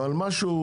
אבל משהו.